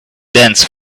dense